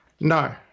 No